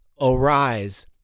arise